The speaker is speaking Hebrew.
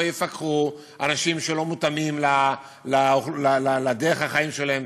יפקחו אנשים שלא מותאמים לדרך החיים שלהם.